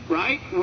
right